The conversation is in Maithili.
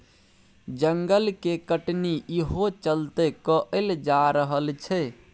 जंगल के कटनी इहो चलते कएल जा रहल छै